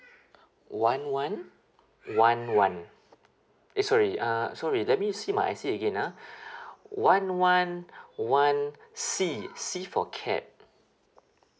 one one one one eh sorry uh sorry let me see my I_C again ah one one one C C for cat